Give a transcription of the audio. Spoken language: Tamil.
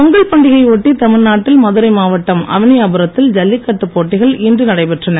பொங்கல் பண்டிகையை ஒட்டி தமிழ்நாட்டில் மதுரை மாவட்டம் அவனியாபுரத்தில் ஜல்லி கட்டு போட்டிகள் இன்று நடைபெற்றன